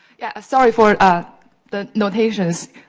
yeah, sorry for ah the notations.